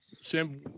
Sam